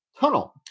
tunnel